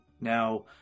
Now